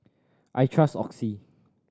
I trust Oxy